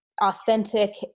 authentic